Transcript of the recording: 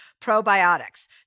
probiotics